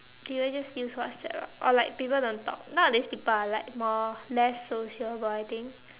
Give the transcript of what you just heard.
people just use WhatsApp lah or like people don't talk nowadays people are like more less sociable I think